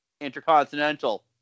intercontinental